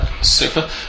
super